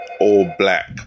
all-Black